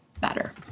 better